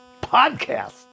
podcast